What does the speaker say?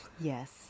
Yes